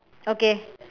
okay